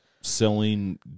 selling